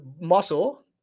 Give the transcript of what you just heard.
muscle